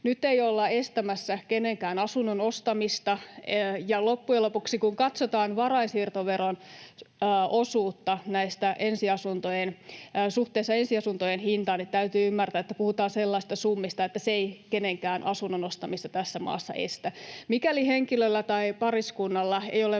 Nyt ei olla estämässä kenenkään asunnon ostamista, ja loppujen lopuksi, kun katsotaan varainsiirtoveron osuutta suhteessa ensiasuntojen hintaan, täytyy ymmärtää, että puhutaan sellaista summista, että se ei kenenkään asunnon ostamista tässä maassa estä. Mikäli henkilöllä tai pariskunnalla ei ole